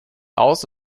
aus